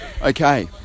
Okay